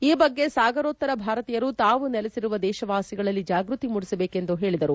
ಈ ಬಗ್ಗೆ ಸಾಗರೋತ್ತರ ಭಾರತೀಯರು ತಾವು ನೆಲೆಸಿರುವ ದೇಶವಾಸಿಗಳಲ್ಲಿ ಜಾಗೃತಿ ಮೂಡಿಸಬೇಕು ಎಂದು ಹೇಳಿದರು